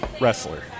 wrestler